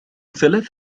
ثلاث